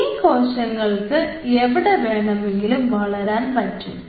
ഈ കോശങ്ങൾക്ക് എവിടെ വേണമെങ്കിലും വളരാൻ പറ്റും